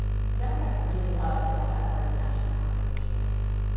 democrats would really love to have that part of the national conversation right now.